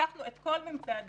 לקחנו את כל ממצאי הדוח,